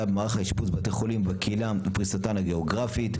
במערך האשפוז בבתי חולים ובקהילה ופריסתן הגיאוגרפית,